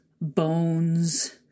bones